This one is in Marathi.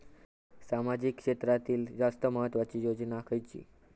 सामाजिक क्षेत्रांतील जास्त महत्त्वाची योजना खयची?